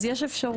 אז יש אפשרות.